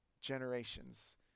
generations